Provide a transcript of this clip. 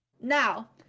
Now